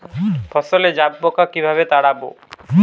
ফসলে জাবপোকা কিভাবে তাড়াব?